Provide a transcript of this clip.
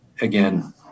again